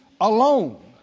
alone